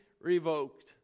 revoked